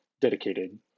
dedicated